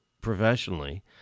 professionally